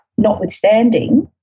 Notwithstanding